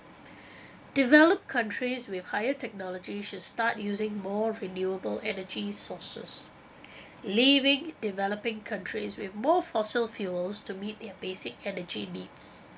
developed countries with higher technology should start using more renewable energy sources leaving developing countries with more fossil fuels to meet their basic energy needs